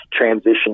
transition